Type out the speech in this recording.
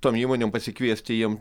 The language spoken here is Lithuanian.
tom įmonėm pasikviesti jiem